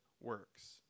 works